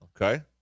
Okay